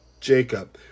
Jacob